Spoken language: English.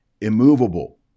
immovable